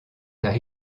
car